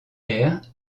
air